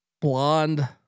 blonde